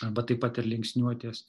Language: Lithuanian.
bet taip pat ir linksniuotės